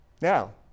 Now